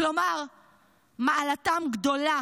כלומר מעלתם גדולה